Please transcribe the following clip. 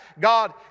God